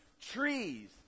trees